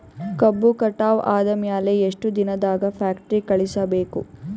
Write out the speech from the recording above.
ಕಬ್ಬು ಕಟಾವ ಆದ ಮ್ಯಾಲೆ ಎಷ್ಟು ದಿನದಾಗ ಫ್ಯಾಕ್ಟರಿ ಕಳುಹಿಸಬೇಕು?